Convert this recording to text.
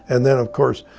and then, of course,